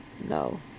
no